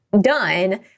done